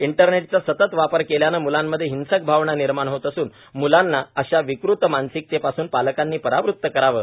इंटरनेटचा सतत वापर केल्याने मुलांमध्ये हिंसक भावना निर्माण होत असून मुलांना अशा विकृत मानसिकतेपासून पालकांनी परावृत करावे